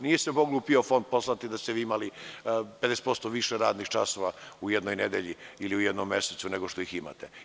Nije se moglo u PIO fond poslati da ste vi imali 50% više radnih časova u jednoj nedelji ili u jednom mesecu nego što ih imate.